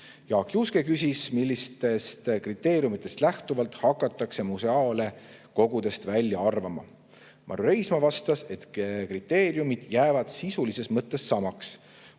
Jaak Juske küsis, millistest kriteeriumidest lähtuvalt hakatakse museaale kogudest välja arvama. Marju Reismaa vastas, et kriteeriumid jäävad sisulises mõttes samaks.